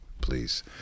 please